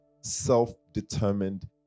self-determined